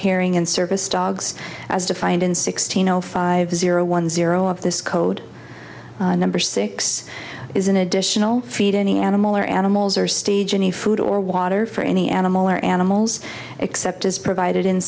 hearing and service dogs as defined in sixteen zero five zero one zero of this code number six is an additional fee to any animal or animals or stage any food or water for any animal or animals except as provided in